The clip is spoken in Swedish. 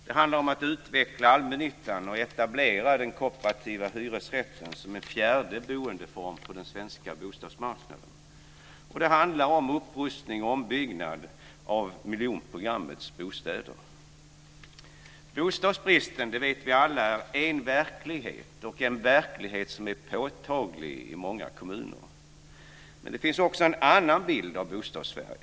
Det handlar om att utveckla allmännyttan och etablera den kooperativa hyresrätten som en fjärde boendeform på den svenska bostadsmarknaden. Det handlar om upprustning och ombyggnad av miljonprogrammets bostäder. Vi vet alla att bostadsbristen är en verklighet. Det är en verklighet som är påtaglig i många kommuner. Men det finns också en annan bild av Bostadssverige.